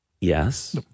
Yes